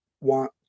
want